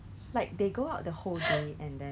有点不一样 lah I mean for 我